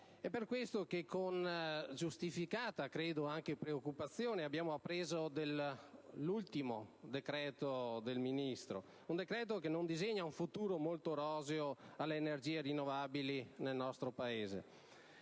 È per questo che con giustificata preoccupazione abbiamo appreso dell'ultimo decreto del Ministro, un decreto che non disegna un futuro molto roseo alle energie rinnovabili nel nostro Paese.